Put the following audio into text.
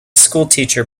schoolteacher